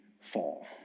fall